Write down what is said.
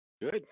Good